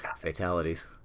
fatalities